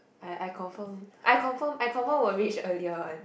I I confirm I confirm will reach earlier one